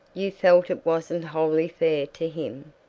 you felt it wasn't wholly fair to him?